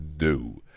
no